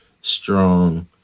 strong